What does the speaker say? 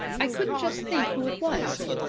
i couldn't just think who it was.